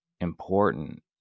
important